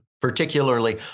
particularly